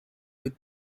with